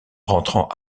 rentrant